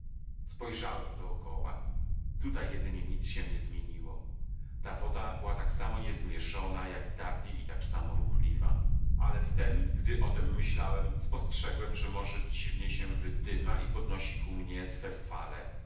spojrzałem dokoła tutaj jedynie nic się nie zmieniło ta woda była tak samo niezmierzona jak dawniej i tak samo ruchliwa ale wtem gdy o tem myślałem spostrzegłem że morze dziwnie się wydyma i podnosi ku mnie swe fale